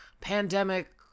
pandemic